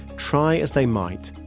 try as they might,